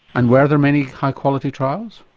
and were there many high quality trials?